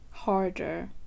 harder